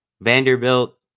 vanderbilt